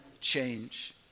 change